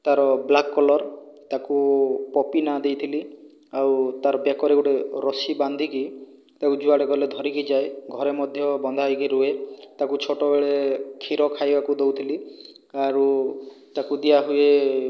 ତାର black collar ତାକୁ puppy ନା ଦେଇଥିଲି ଆଉ ତାର ବେକରେ ଗୋଟିଏ ରସି ବାନ୍ଧିକି ତାକୁ ଯୁଆଡ଼େ ଗଲେ ଧରିକି ଯାଏ ଘରେ ମଧ୍ୟ ବନ୍ଧା ହୋଇକି ରୁହେ ତାକୁ ଛୋଟ ବେଳେ କ୍ଷୀର ଖାଇବାକୁ ଦେଉଥିଲି ଆଉ ତାକୁ ଦିଆହୁଏ